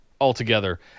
altogether